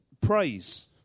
praise